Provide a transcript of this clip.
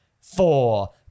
four